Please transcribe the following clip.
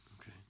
Okay